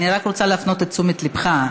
אני רק רוצה להפנות את תשומת ליבך,